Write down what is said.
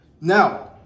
Now